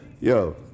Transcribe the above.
yo